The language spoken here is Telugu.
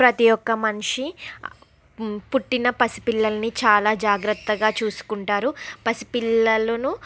ప్రతి ఒక్క మనిషి పుట్టిన పసి పిల్లల్ని చాలా జాగ్రత్తగా చూసుకుంటారు పసిపిల్లలను